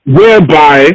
whereby